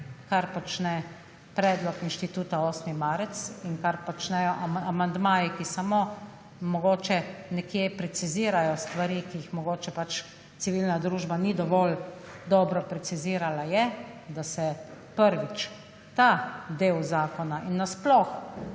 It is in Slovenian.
kar počne predlog Inštituta 8. marec in kar počnejo amandmaji, ki samo nekje precizirajo stvari, ki jih mogoče civilna družba ni dovolj dobro precizirala, je, da se, prvič, ta del zakona in nasploh